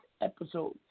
episode